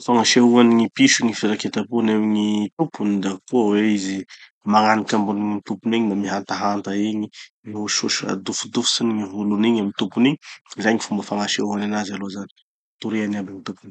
Fagnasehoan'ny gny piso gny firaketam-pony amy gny tompony da koa hoe izy magnaniky ambonin'ny tompony egny da mihantahanta egny. Mihosihosy adofodofotsy gny volon'igny amy tompony igny. Zay gny fomba fagnasehoany anazy aloha zany. Atoriany aby gny tompony.